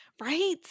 Right